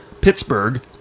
Pittsburgh